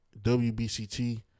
WBCT